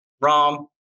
Rom